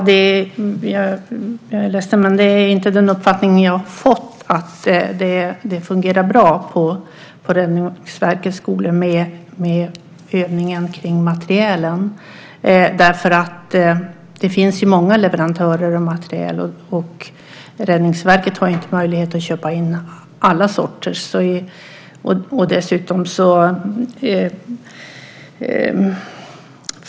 Fru talman! Jag är ledsen, men att det fungerar bra på Räddningsverkets skolor med övningen kring materielen är inte den uppfattning jag har fått. Det finns ju många leverantörer av materiel, och Räddningsverket har inte möjlighet att köpa in alla sorter.